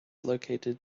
located